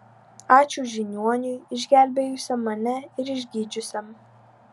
ačiū žiniuoniui išgelbėjusiam mane ir išgydžiusiam